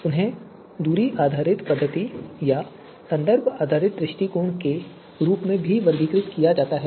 उन्हें दूरी आधारित पद्धति या संदर्भ आधारित दृष्टिकोण के रूप में भी वर्गीकृत किया जाता है